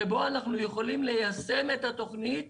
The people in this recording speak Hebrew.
שבו אנחנו יכולים ליישם את התוכנית